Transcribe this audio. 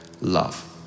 love